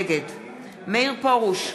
נגד מאיר פרוש,